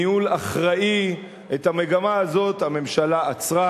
בניהול אחראי, את המגמה הזאת הממשלה עצרה.